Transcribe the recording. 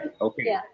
okay